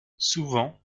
souvent